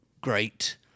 great